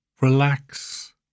Relax